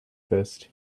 fist